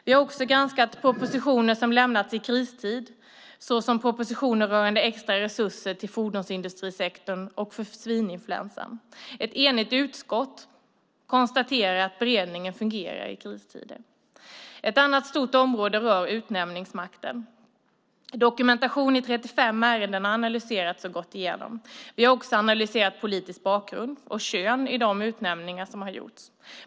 Vi har också granskat propositioner som lämnats i kristid, såsom propositioner rörande extra resurser till fordonsindustrisektorn och för svininfluensan. Ett enigt utskott konstaterar att beredningen fungerar i kristider. Ett annat stort område rör utnämningsmakten. Dokumentation i 35 ärenden har analyserats och gåtts igenom. Vi har också analyserat politisk bakgrund och kön i de utnämningar som gjorts.